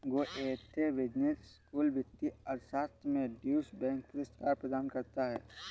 Goethe Business School वित्तीय अर्थशास्त्र में ड्यूश बैंक पुरस्कार प्रदान करता है